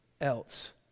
else